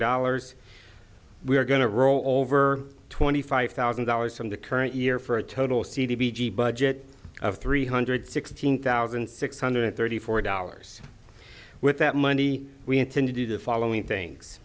dollars we are going to roll over twenty five thousand dollars from the current year for a total budget of three hundred sixteen thousand six hundred thirty four dollars with that money we intend to do the following things